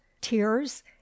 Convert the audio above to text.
tears